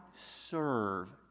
serve